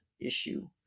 issue